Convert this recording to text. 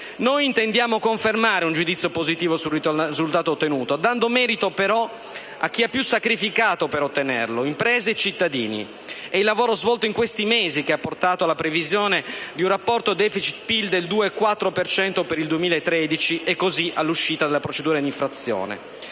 Noi intendiamo confermare un giudizio positivo sul risultato ottenuto, dando merito però a chi più ha sacrificato per ottenerlo: imprese e cittadini. È il lavoro svolto in quei mesi che ha portato alla previsione di un rapporto *deficit*-PIL del 2,4 per cento per il 2013 e all'uscita dalla procedura di infrazione.